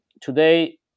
today